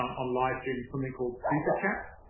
on ah livestream is something called superchat.